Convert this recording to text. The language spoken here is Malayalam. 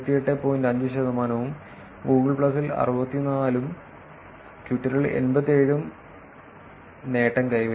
5 ശതമാനവും ഗൂഗിൾ പ്ലസിൽ 64 ഉം ട്വിറ്ററിൽ 87 ഉം നേട്ടം കൈവരിക്കുന്നു